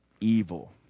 evil